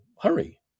hurry